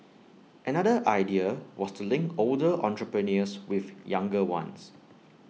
another idea was to link older entrepreneurs with younger ones